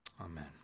Amen